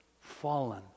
fallen